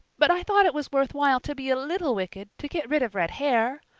but i thought it was worth while to be a little wicked to get rid of red hair.